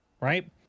right